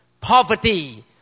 poverty